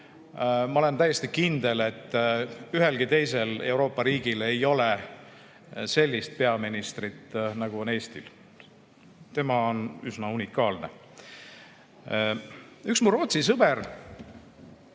Ma olen täiesti kindel, et ühelgi teisel Euroopa riigil ei ole sellist peaministrit, nagu on Eestil. Tema on üsna unikaalne. Üks mu rootsi sõber